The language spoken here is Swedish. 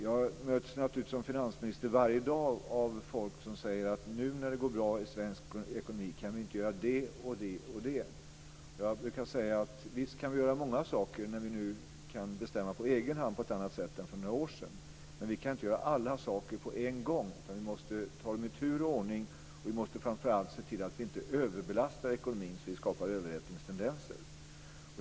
Som finansminister möts jag naturligtvis varje dag av folk som säger: Nu när det går bra i svensk ekonomi kan vi väl göra det och det och det. Jag brukar säga: Visst kan vi göra många saker när vi nu på egen hand kan bestämma på ett annat sätt än vi kunde för några år sedan. Men vi kan inte göra alla saker på en gång, utan vi måste ta sakerna i tur och ordning. Framför allt måste vi se till att vi inte överbelastar ekonomin så att vi skapar överhettningstendenser.